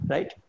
Right